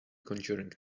conjuring